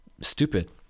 stupid